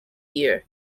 year